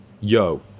Yo